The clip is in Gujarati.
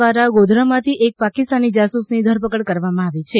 દ્વારા ગોધરામાંથી એક પાકિસ્તાની જાસૂસની ધરપકડ કરવામાં આવી છે